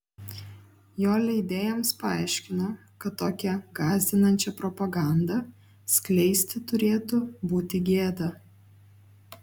jo leidėjams paaiškino kad tokią gąsdinančią propagandą skleisti turėtų būti gėda